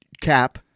cap